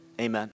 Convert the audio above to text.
Amen